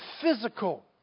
physical